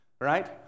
Right